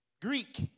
Greek